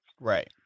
Right